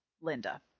Linda